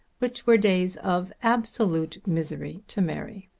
which were days of absolute misery to mary.